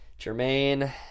Jermaine